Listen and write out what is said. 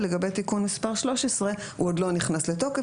ולגבי תיקון מס' 13 הוא עוד לא נכנס לתוקף.